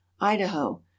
Idaho